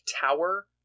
tower